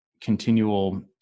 continual